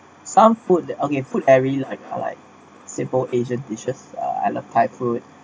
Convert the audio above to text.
some food okay food every like highlight simple asian dishes uh I love thai food